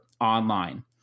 online